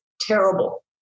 terrible